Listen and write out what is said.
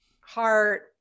heart